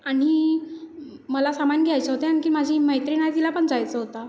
आणि मला सामान घ्यायचं होतं आणखी माझी मैत्रीण आहे तिला पण जायचं होतं